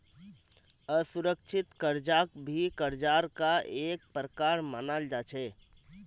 असुरिक्षित कर्जाक भी कर्जार का एक प्रकार मनाल जा छे